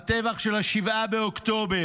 הטבח של 7 באוקטובר,